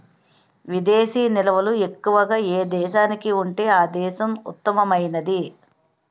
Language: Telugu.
విదేశీ నిల్వలు ఎక్కువగా ఏ దేశానికి ఉంటే ఆ దేశం ఉత్తమమైనది